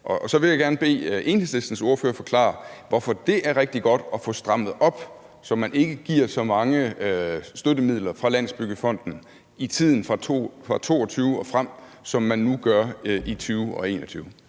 og så vil jeg gerne bede Enhedslistens ordfører forklare, hvorfor det er rigtig godt at få strammet op, så man ikke giver så mange støttemidler fra Landsbyggefonden i tiden fra 2022 og frem, som man nu gør i 2020 og 2021.